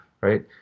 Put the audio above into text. right